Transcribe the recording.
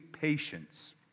patience